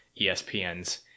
ESPN's